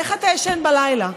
איך אתה ישן בלילה?